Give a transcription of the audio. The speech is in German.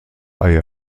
eier